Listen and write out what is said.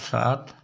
सात